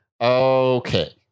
okay